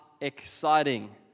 exciting